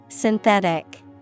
Synthetic